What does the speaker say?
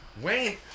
Wayne